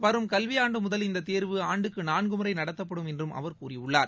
வரும் கல்வியாண்டு முதல் இந்த தேர்வு ஆண்டுக்கு நான்கு முறை நடத்தப்படும் என்றும் அவர் கூறியுள்ளார்